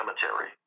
Cemetery